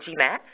GMAT